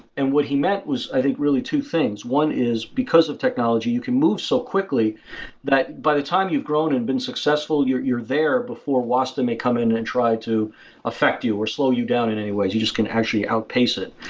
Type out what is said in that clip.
and what he meant was, i think, really two things, one is because of technology, you can move so quickly that by the time you've grown and been successful, you're you're there before wasta may come in and try to affect you, or slow you down in any ways. you just can actually outpace it.